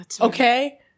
okay